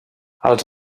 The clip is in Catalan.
els